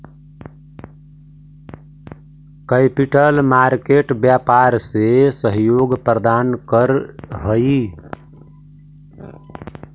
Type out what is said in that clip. capital market व्यापार में सहयोग प्रदान करऽ हई